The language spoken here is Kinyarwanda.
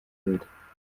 yihuta